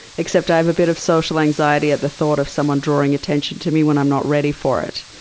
except i have a bit of social anxiety at the thought of someone drawing attention to me when i'm not ready for it.